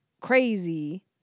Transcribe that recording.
crazy